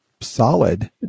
solid